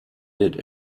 that